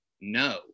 no